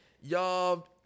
y'all